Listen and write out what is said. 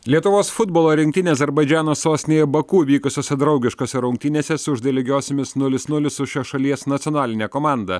lietuvos futbolo rinktinė azerbaidžano sostinėje baku vykusiose draugiškose rungtynėse sužaidė lygiosiomis nulis nulis su šios šalies nacionaline komanda